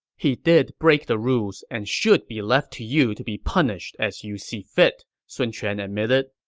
he did break the rules and should be left to you to be punished as you see fit, sun quan admitted.